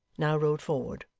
now rode forward,